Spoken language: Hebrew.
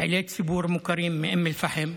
פעילי ציבור מוכרים מאום אל-פחם,